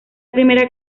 primera